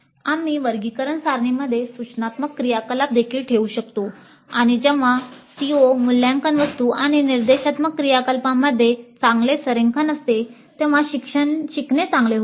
आम्ही वर्गीकरण सारणीमध्ये सूचनात्मक क्रियाकलाप देखील ठेवू शकतो आणि जेव्हा CO मूल्यांकन वस्तू आणि निर्देशात्मक क्रियाकलापांमध्ये चांगले संरेखन असते तेव्हा शिकणे चांगले होईल